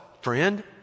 friend